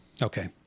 Okay